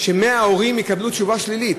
ש-100 הורים יקבלו תשובה שלילית.